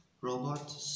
robot